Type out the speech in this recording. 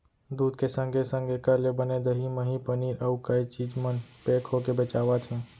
दूद के संगे संग एकर ले बने दही, मही, पनीर, अउ कई चीज मन पेक होके बेचावत हें